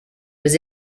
was